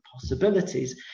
possibilities